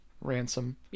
ransom